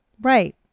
Right